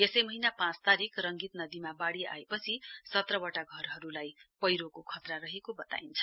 यसै महीना पाँच तारीक रङ्गीत नदीमा वाड़ी आएपछि सत्रवटा घरहरुलाई पैह्रोको खतरा रहेको वताइन्छ